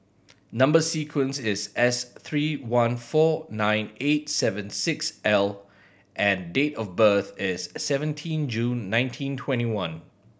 number sequence is S three one four nine eight seven six L and date of birth is seventeen June nineteen twenty one